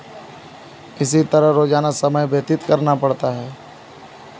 इसी तरह रोज़ाना समय व्यतीत करना पड़ता है